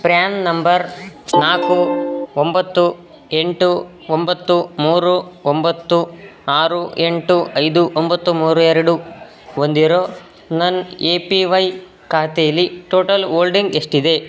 PRAN number ನಾಲ್ಕು ಒಂಬತ್ತು ಎಂಟು ಒಂಬತ್ತು ಮೂರು ಒಂಬತ್ತು ಆರು ಎಂಟು ಐದು ಒಂಬತ್ತು ಮೂರು ಎರಡು ಹೊಂದಿರೋ ನನ್ನ ಎ ಪಿ ವೈ ಖಾತೇಲ್ಲಿ ಟೋಟಲ್ ಹೋಲ್ಡಿಂಗ್ ಎಷ್ಟಿದೆ